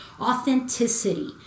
Authenticity